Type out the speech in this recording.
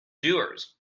doers